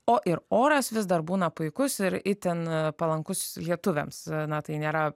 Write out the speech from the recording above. o ir oras vis dar būna puikus ir itin palankus lietuviams na tai nėra